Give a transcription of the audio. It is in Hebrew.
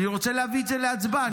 אני רוצה להביא את זה להצבעה.